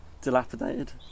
dilapidated